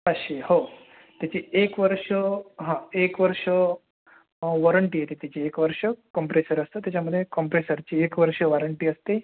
पाचशे हो त्याची एक वर्ष हां एक वर्ष वॉरंटी येते त्याची एक वर्ष कॉम्प्रेसर असतं त्याच्यामध्ये कॉम्प्रेसरची एक वर्ष वॉरंटी असते